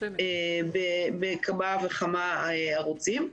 בכמה וכמה ערוצים,